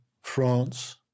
France